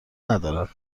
ندارد